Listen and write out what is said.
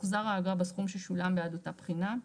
תוחזר האגרה בסכום ששולם בעד אותה בחינה.